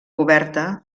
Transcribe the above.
coberta